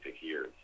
years